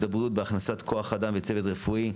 הבריאות בהכנסת כוח אדם וצוות רפואי,